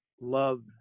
love